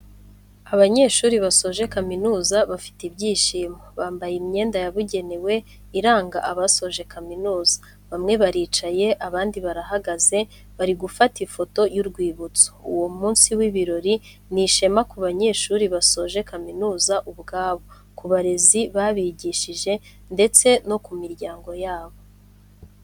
Abanyeshuri basoje kaminuza bafite ibyishimo, bambaye imyenda yabugenewe iranga abasoje kaminuza, bamwe baricaye abandi barahagaze bari gufata ifoto y'urwibutso, uwo munsi w'ibirori ni ishema ku banyeshuri basoje kaminuza ubwabo, ku barezi babigishije ndetse no ku miryango yabo.